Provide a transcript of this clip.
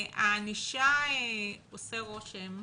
הענישה, עושה רושם,